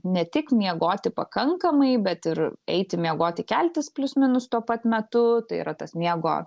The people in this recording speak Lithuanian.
ne tik miegoti pakankamai bet ir eiti miegoti keltis plius minus tuo pat metu tai yra tas miego